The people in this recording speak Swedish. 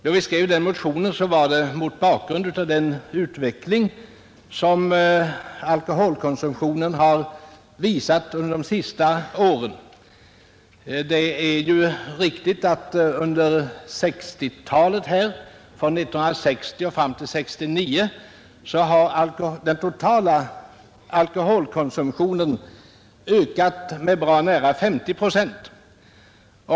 Då vi väckte vår motion var det mot bakgrund av den utveckling som alkoholkonsumtionen genomgått under de senaste åren. Det är riktigt att den totala alkoholkonsumtionen från 1960 till 1969 ökat med bra nära 50 procent.